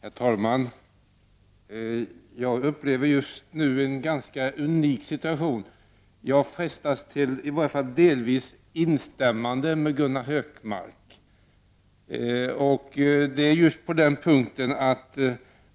Herr talman! Jag upplever just nu en ganska unik situation. Jag frestas till att — i varje fall delvis — instämma med Gunnar Hökmark.